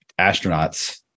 astronauts